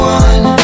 one